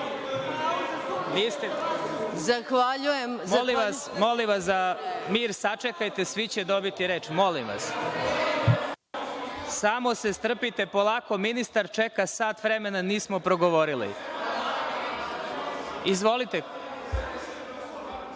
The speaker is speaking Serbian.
mesta: Poslovnik.)Molim vas za mir. Sačekajte, svi će dobiti reč, molim vas. Samo se strpite, polako. Ministar čeka sat vremena, nismo progovorili. Izvolite.